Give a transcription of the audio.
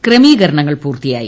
ക്രമീകരണങ്ങൾ പൂർത്തിയായി